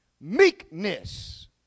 meekness